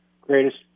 Greatest